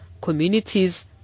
communities